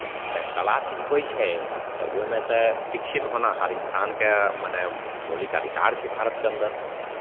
तऽ कला सिखबै छै तऽ ओहिमे तऽ शिक्षित होना हर इनसानके मने मौलिक अधिकार छै भारतके अन्दर